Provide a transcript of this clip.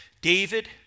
David